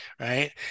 right